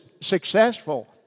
successful